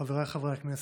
חבריי חברי הכנסת,